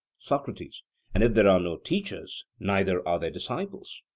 socrates and if there are no teachers, neither are there disciples?